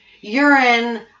urine